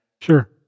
Sure